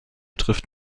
trifft